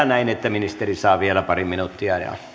näin että ministeri saa vielä pari minuuttia